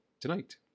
tonight